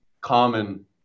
common